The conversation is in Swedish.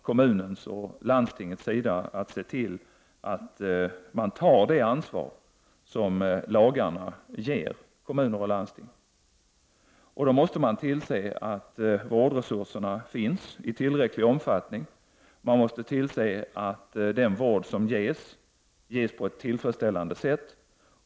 Kommuner och landsting måste i grunden ta det ansvar lagarna ger dem och se till att vårdresurserna finns i tillräcklig omfattning. Man måste se till att den vård som ges, ges på ett tillfredsställande sätt.